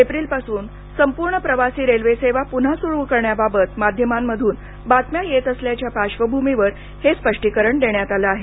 एप्रिलपासून संपूर्ण प्रवासी रेल्वे सेवा पून्हा सुरू करण्याबाबत माध्यमांमधून बातम्या येत असल्याच्या पार्श्वभूमीवर हे स्पष्टीकरण देण्यात आलं आहे